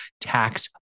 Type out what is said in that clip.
tax